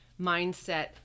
Mindset